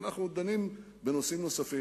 ואנחנו דנים בנושאים נוספים.